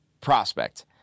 prospect